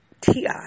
TI